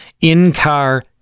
in-car